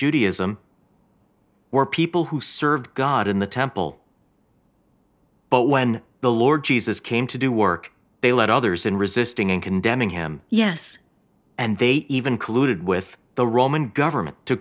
judaism were people who served god in the temple but when the lord jesus came to do work they let others in resisting and condemning him yes and they even colluded with the roman government to